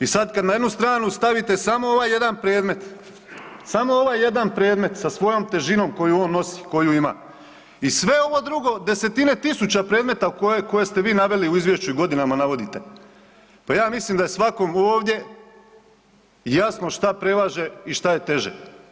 I sad kad na jednu stranu stavite samo ovaj jedan predmet, samo ovaj jedan predmet sa svojom težinom koju on nosi, koju on ima i sve ovo drugo desetine tisuća predmeta koje ste vi naveli u izvješću i godinama navodite, pa ja mislim da je svakom ovdje jasno šta prevaže i šta je teže.